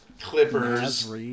Clippers